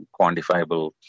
quantifiable